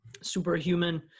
Superhuman